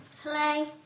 Hello